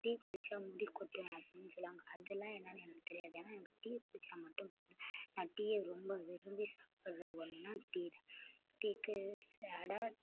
tea குடித்தா முடி கொட்டும் அப்படின்னு சொல்லுவாங்க அதெல்லாம் என்னென்னு எனக்கு தெரியாது ஏன்னால் எனக்கு டீ குடித்தா மட்டும் போதும் நான் டீயை ரொம்ப விரும்பி சாப்படுகிற ஒன்றுனா டீ டீக்கு அட